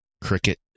cricket